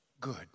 good